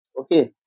okay